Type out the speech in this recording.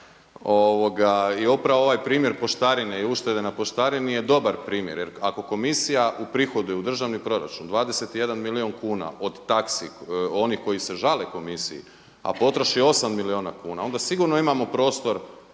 I upravo ovaj primjer poštarine i uštede na poštarini je dobar primjer. Jer ako komisija uprihoduje u državni proračun 21 milijun kuna od taksi onih koji se žale Komisiji, a potroši 8 milijuna kuna, onda sigurno imamo prostor